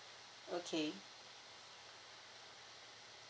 okay